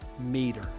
meter